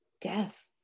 death